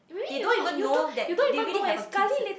they don't even know that they already have a kids